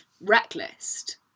reckless